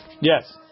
Yes